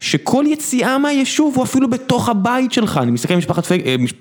שכל יציאה מהיישוב הוא אפילו בתוך הבית שלך, אני מסתכל משפחת...